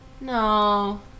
No